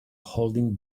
holding